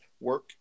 work